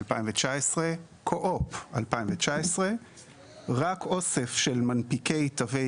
2019; קואופ 2019. זה רק אוסף של מנפיקי תווי